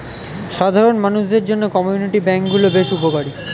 সাধারণ মানুষদের জন্য কমিউনিটি ব্যাঙ্ক গুলো বেশ উপকারী